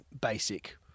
basic